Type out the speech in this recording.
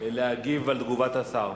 להגיב על תגובת השר.